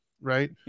Right